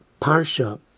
Parsha